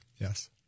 Yes